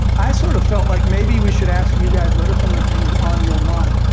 i sort of felt like, maybe, we should ask you guys what are some of the things on your mind,